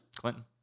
Clinton